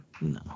No